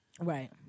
Right